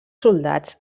soldats